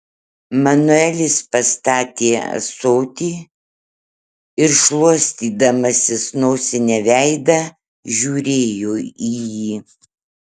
manuelis pastatė ąsotį ir šluostydamasis nosine veidą žiūrėjo į jį